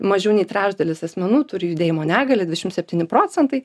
mažiau nei trečdalis asmenų turi judėjimo negalią dvidešimt septyni procentai